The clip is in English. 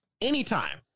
anytime